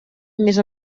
més